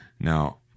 Now